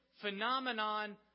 phenomenon